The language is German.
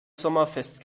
sommerfest